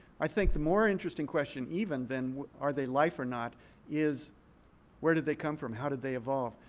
i think the more interesting question even than are they life or not is where did they come from? how did they evolve?